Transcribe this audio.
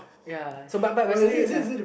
ya so but but basically it lah